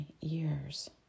years